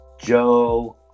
Joe